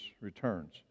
returns